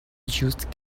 just